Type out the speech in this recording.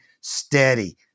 steady